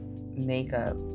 makeup